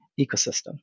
ecosystem